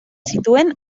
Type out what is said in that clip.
zituen